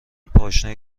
پاشنه